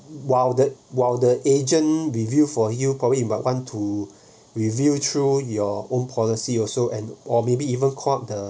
while the while the agent review for you probably about one to reveal through your own policy also and or maybe even called the